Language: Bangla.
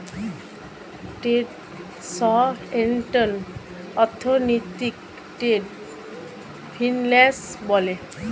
ট্রেড সংক্রান্ত অর্থনীতিকে ট্রেড ফিন্যান্স বলে